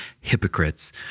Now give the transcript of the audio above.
hypocrites